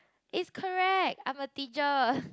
is correct I'm a teacher